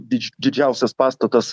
didžiausias pastatas